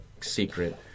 secret